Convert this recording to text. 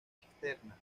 externa